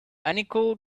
unequal